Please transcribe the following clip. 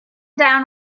down